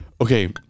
Okay